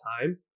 time